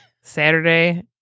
Saturday